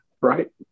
Right